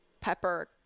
pepper